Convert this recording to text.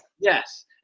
Yes